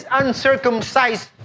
uncircumcised